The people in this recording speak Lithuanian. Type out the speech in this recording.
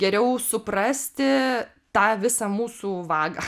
geriau suprasti tą visą mūsų vagą